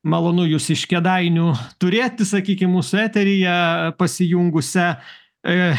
malonu jus iš kėdainių turėti sakykim mūsų eteryje pasijungusią